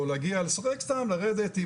או להגיע סתם לשחק קצת עם